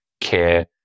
care